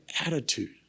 attitude